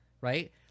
right